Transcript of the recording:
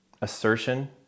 assertion